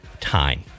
time